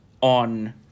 on